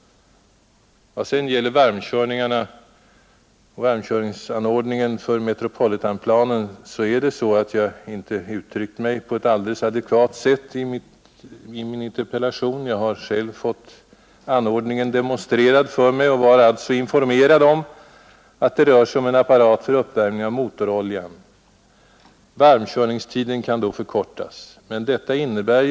Vad sedan gäller varmkörningsanordningen för Metropolitanplanen uttryckte jag mig kanske inte på ett alldeles adekvat sätt i min interpellation. Jag har själv fått anordningen demonstrerad för mig och var alltså informerad om att det rör sig om en apparat för uppvärmning av motoroljan. Varmkörningstiden kan förkortas om man använder denna apparat.